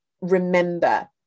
remember